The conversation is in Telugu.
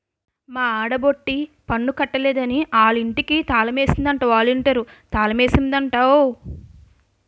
మా ఆడబొట్టి పన్ను కట్టలేదని ఆలింటికి తాలమేసిందట ఒలంటీరు తాలమేసిందట ఓ